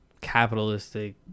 capitalistic